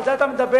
ועל זה אתה מדבר,